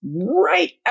right